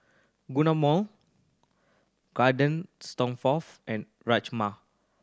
Guacamole Garden and Rajma